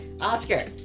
Oscar